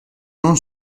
non